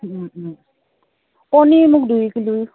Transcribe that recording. পনীৰ মোক দুই কিলো